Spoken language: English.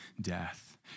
death